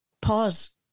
pause